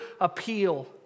appeal